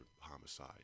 homicide